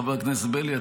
חבר הכנסת בליאק,